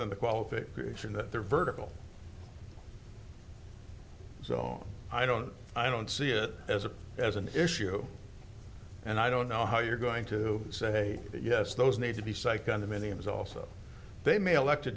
than the qualification that they're vertical so i don't i don't see it as a as an issue and i don't know how you're going to say yes those need to be saigon to many